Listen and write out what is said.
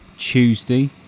tuesday